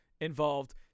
involved